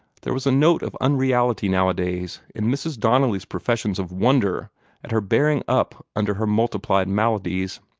there was a note of unreality nowadays in mrs. donnelly's professions of wonder at her bearing up under her multiplied maladies